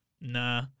Nah